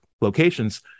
locations